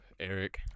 Eric